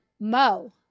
Mo